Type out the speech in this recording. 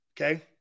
okay